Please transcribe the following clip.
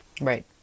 Right